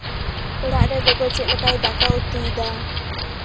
ᱚᱲᱟᱜ ᱨᱮ ᱜᱚᱜᱚ ᱪᱮᱫ ᱞᱮᱠᱟᱭ ᱫᱟᱠᱟᱼᱩᱛᱩᱭ ᱮᱫᱟ